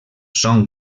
són